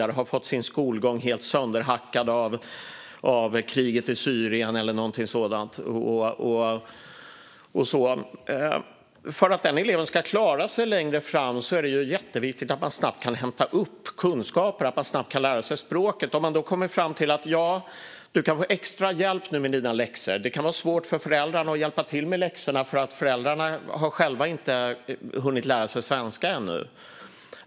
Eleven kan ha fått sin skolgång helt sönderhackad av kriget i Syrien eller någonting sådant. För att den eleven ska klara sig längre fram är det jätteviktigt att eleven snabbt kan hämta upp kunskaper och snabbt kan lära sig språket. Låt oss säga att man kommer fram till att eleven kan få extra hjälp med sina läxor. Det kan vara svårt för föräldrarna att hjälpa till med läxorna eftersom föräldrarna själva inte har hunnit lära sig svenska ännu.